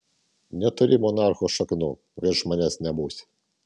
neturi monarchų šaknų virš manęs nebūsi